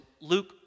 Luke